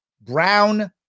Brown